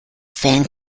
fan